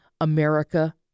America